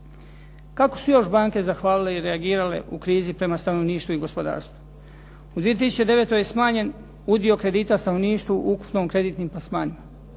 Kako su još banke zahvalile i reagirale u krizi prema stanovništvu i gospodarstvu? U 2009. je smanjen udio kredita stanovništvu u ukupno kreditnim plasmanima.